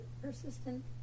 Persistent